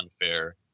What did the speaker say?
unfair